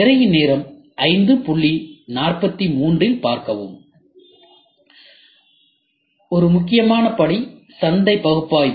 எனவே ஒரு முக்கியமான படி சந்தை பகுப்பாய்வு